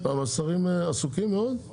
השרים עסוקים מאוד?